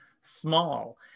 small